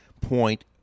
point